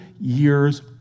years